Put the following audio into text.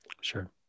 Sure